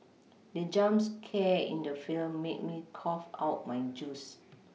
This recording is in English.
the jump scare in the film made me cough out my juice